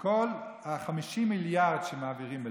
כל 50 המיליארד שמעבירים אליהם,